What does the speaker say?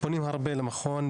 פונים הרבה למכון.